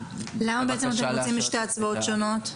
למה בעצם אתם רוצים שתי הצבעות שונות?